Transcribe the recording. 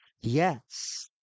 Yes